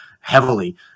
heavily